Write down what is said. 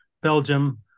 Belgium